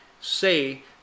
say